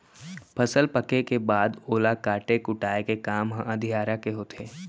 फसल पके के बाद ओला काटे कुटाय के काम ह अधियारा के होथे